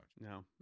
No